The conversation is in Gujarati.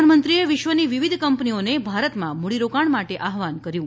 પ્રધાનમંત્રીએ વિશ્વની વિવિધ કંપનીઓને ભારતમાં મૂડીરોકાણ માટે આહ્રવાન કર્યું છે